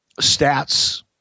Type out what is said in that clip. stats